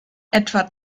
etwa